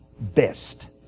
best